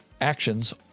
actions